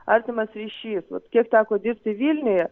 artimas ryšys vat kiek teko dirbti vilniuje